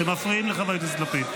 אתם מפריעים לחבר הכנסת לפיד.